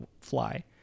fly